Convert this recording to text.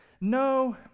no